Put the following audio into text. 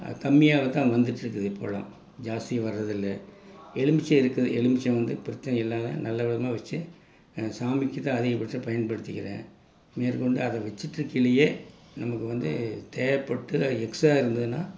அது கம்மியாக தான் வந்துகிட்ருக்குது பழம் ஜாஸ்தியும் வர்றதில்லை எலுமிச்சை இருக்குது எலுமிச்சை வந்து பிரச்சினை இல்லாத நல்லவிதமாக வெச்சு சாமிக்கு தான் அதிகபட்சம் பயன்படுத்திக்கிறேன் மேற்கொண்டு அதை வெச்சுட்ருக்கையிலேயே நமக்கு வந்து தேவைப்பட்டு அது எக்ஸ்ட்ரா இருந்ததுன்னால்